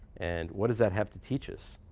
and what does that have to teach us?